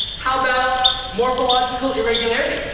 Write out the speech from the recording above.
how about morphological irregularity?